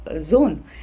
zone